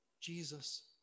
Jesus